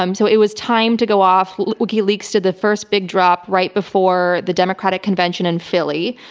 um so, it was time to go off wikileaks, to the first big drop, right before the democratic convention in philly,